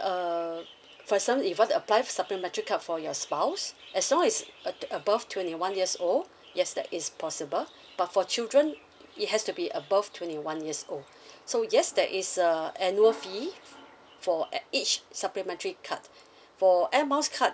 uh for example if you want to apply supplementary card for your spouse as long is ab~ above twenty one years old yes that is possible but for children it has to be above twenty one years old so yes that is a annual fee for a~ each supplementary card for Air Miles card